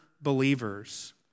believers